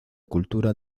cultura